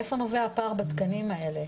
מאיפה נובע הפער בתקנים האלה,